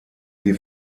sie